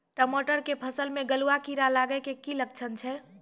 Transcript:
टमाटर के फसल मे गलुआ कीड़ा लगे के की लक्छण छै